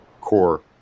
core